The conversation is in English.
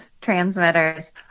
transmitters